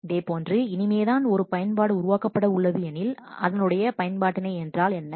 இதேபோன்று இனிமே தான் ஒரு பயன்பாடு உருவாக்கப்பட உள்ளது எனில் அதனுடைய பயன்பாட்டினை என்றால் என்ன